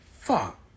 Fuck